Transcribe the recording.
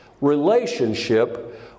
relationship